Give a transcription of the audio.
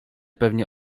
pewne